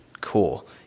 cool